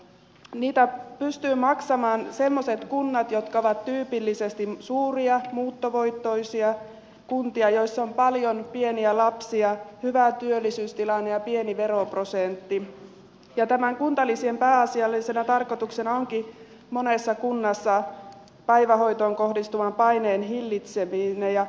niitä pystyvät maksamaan semmoiset kunnat jotka ovat tyypillisesti suuria muuttovoittoisia kuntia joissa on paljon pieniä lapsia hyvä työllisyystilanne ja pieni veroprosentti ja näiden kuntalisien pääasiallisena tarkoituksena onkin monessa kunnassa päivähoitoon kohdistuvan paineen hillitseminen